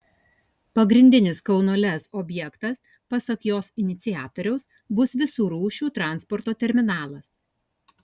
pagrindinis kauno lez objektas pasak jos iniciatoriaus bus visų rūšių transporto terminalas